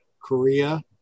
Korea